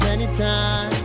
Anytime